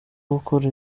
gukora